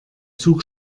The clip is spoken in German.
zug